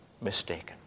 mistaken